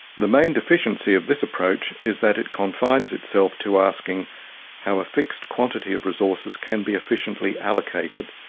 the main deficiency of this approach is that it confines itself to asking how a fixed quantity of resources can be efficiently allocated.